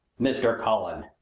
mr. cullen!